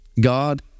God